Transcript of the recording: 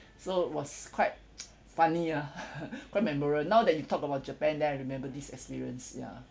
so it was quite funny ah quite memorable now that you talk about japan then I remember this experience ya